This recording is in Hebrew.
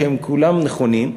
שהם כולם נכונים,